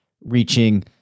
reaching